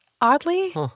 oddly